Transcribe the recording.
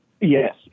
Yes